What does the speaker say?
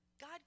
God